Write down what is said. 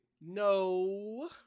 No